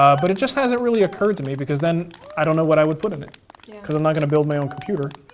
um but it just hasn't really occurred to me because then i don't know what i would put in it because i'm not going to build my own computer.